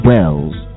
Wells